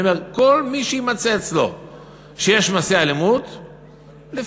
אני אומר: כל מי שיימצא שיש אצלו מעשי אלימות,